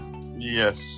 Yes